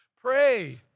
Pray